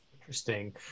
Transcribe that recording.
Interesting